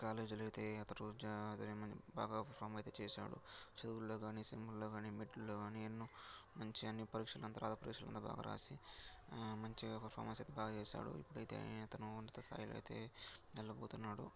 కాలేజీలో అయితే అతను బాగా పర్ఫార్మ్ అయితే చేశాడు చదువుల్లో కానీ సెమ్ములో కానీ మిడ్ల్లో కానీ ఎన్నో మంచి అన్ని పరీక్షల్లో అంత బాగారాసి మంచిగా పర్ఫార్మెన్స్ అయితే బాగా చేశాడు ఇప్పుడయితే అతను యూఎస్ అయితే వెళ్ళబోతున్నాడు